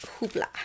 hoopla